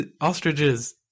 ostriches